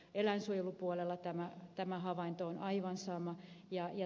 eläinsuojelupuolella tämä havainto on aivan sama